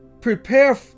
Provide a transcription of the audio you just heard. prepare